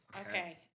Okay